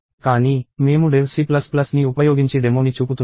కానీ మేము dev C ని ఉపయోగించి డెమోని చూపుతున్నాము